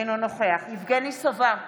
אינו נוכח יבגני סובה,